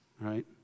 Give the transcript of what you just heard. right